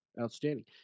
Outstanding